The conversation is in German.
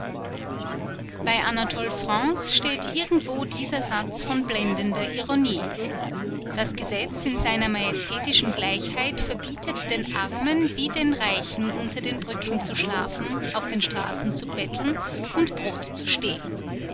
bei anatole france steht irgendwo dieser satz von blendender ironie das gesetz in seiner majestätischen gleichheit verbietet den reichen wie den armen unter den brücken zu schlafen auf den straßen zu betteln und brot zu stehlen